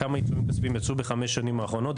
כמה עיצומים כספיים יצאו בחמש שנים האחרונות.